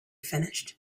finished